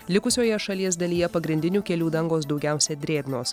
likusioje šalies dalyje pagrindinių kelių dangos daugiausia drėgnos